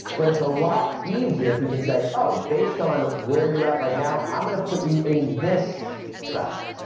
but it's a lot easier if you can say, oh, based on where you're at right now, i'm going to put you in this track.